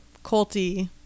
culty